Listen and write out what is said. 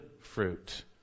fruit